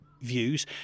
views